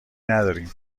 نداریم